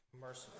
Merciful